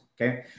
okay